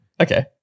Okay